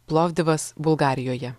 plovdivas bulgarijoje